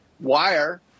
wire